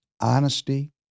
honesty